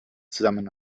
zusammen